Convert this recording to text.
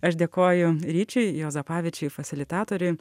aš dėkoju ryčiui juozapavičiui fasilitatoriui